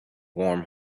warm